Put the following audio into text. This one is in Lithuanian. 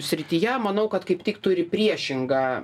srityje manau kad kaip tik turi priešingą